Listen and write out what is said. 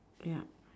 ya